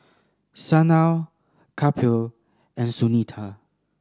Sanal Kapil and Sunita